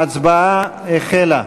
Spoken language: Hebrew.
ההצבעה החלה.